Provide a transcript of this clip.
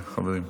חברים.